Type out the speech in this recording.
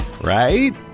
right